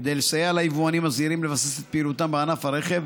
כדי לסייע ליבואנים הזעירים לבסס את פעילותם בענף הרכב,